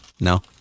no